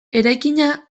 eraikina